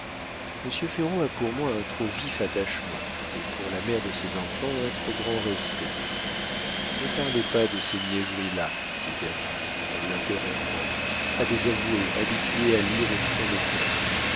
ferraud a pour moi un trop vif attachement et pour la mère de ses enfants un trop grand respect ne parlez pas de ces niaiseries là dit derville en l'interrompant à des avoués habitués à lire au fond des cœurs